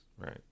right